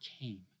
came